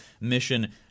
mission